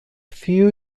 few